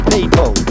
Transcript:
People